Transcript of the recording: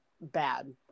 bad